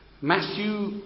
Matthew